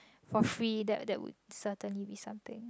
for free there there would certainly with something